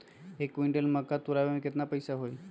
एक क्विंटल मक्का तुरावे के केतना पैसा होई?